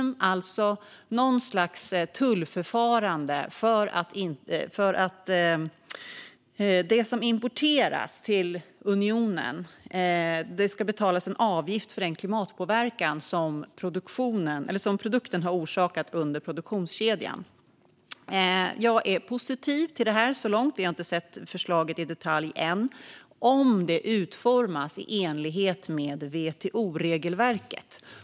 Det är alltså något slags tullförfarande. När det gäller det som importeras till unionen ska man då betala en avgift för den klimatpåverkan som produkten har orsakat under produktionskedjan. Jag är så här långt positiv till detta - vi har inte sett förslaget i detalj än - om det utformas i enlighet med WTO-regelverket.